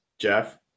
Jeff